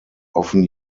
often